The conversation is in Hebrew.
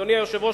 אדוני היושב-ראש,